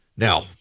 Now